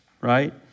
right